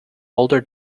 older